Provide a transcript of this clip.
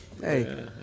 hey